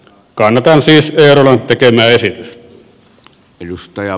kannatan siis eerolan tekemää esitystä